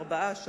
ארבעה ימים,